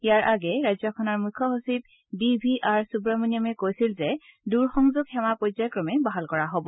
ইয়াৰ আগেয়ে ৰাজ্যখনৰ মুখ্য সচিব বি ভি আৰ সুৱমনিয়ামে কৈছিল যে দূৰ সংযোগ সেৱা পৰ্যায়ক্ৰমে বাহাল কৰা হ'ব